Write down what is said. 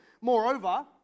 moreover